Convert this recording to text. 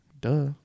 Duh